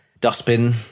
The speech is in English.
dustbin